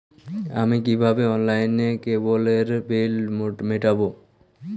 আমি কিভাবে অনলাইনে কেবলের বিল মেটাবো?